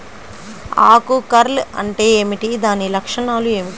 ఆకు కర్ల్ అంటే ఏమిటి? దాని లక్షణాలు ఏమిటి?